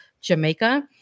Jamaica